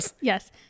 yes